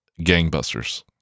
gangbusters